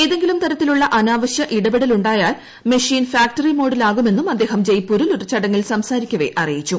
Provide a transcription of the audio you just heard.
ഏതെങ്കിലും തരത്തിലുള്ള അനാവശ്യമായ ഇടപെടലുണ്ടായാൽ മെഷീൻ ഫാക്ടറി മോഡിലാകുമെന്നും അദ്ദേഹം ജയ്പൂരിൽ ഒരു ചടങ്ങിൽ സംസാരിക്കവെ അറിയിച്ചു